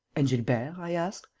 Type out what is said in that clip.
and gilbert? i asked.